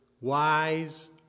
wise